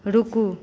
रुकू